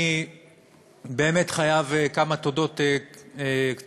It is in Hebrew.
אני חייב כמה תודות קצרות,